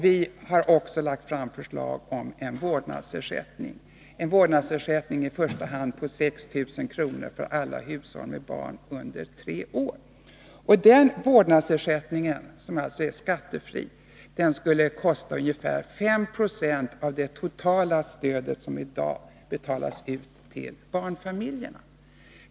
Vi har också lagt fram förslag om en vårdnadsersättning, i första hand på 6 000 kr. för alla hushåll med barn under tre år. Den vårdnadsersättningen, som alltså är skattefri, skulle kosta ungefär 5 96 av det totala stöd som i dag betalas ut till den kommunala barnomsorgen.